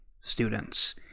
students